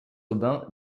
aubin